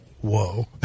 whoa